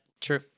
true